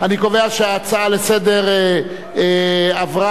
להצעה לסדר-היום ולהעביר